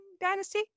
Dynasty